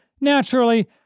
naturally